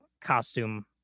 Costume